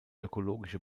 ökologische